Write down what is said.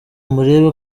murebe